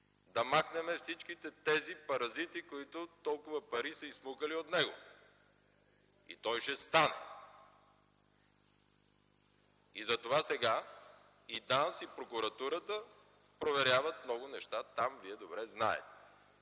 да махнем всички тези паразити, които са изсмукали толкова пари от него. И той ще стане. Затова сега и ДАНС, и прокуратурата проверяват много неща там. Вие добре знаете.